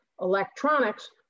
electronics